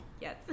Yes